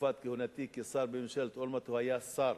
בתקופת כהונתי כשר בממשלת אולמרט הוא היה שר,